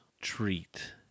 treat